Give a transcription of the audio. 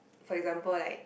for example like